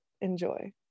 enjoy